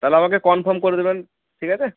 তাহলে আমাকে কনফার্ম করে দেবেন ঠিক আছে